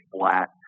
flat